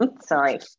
sorry